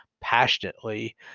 passionately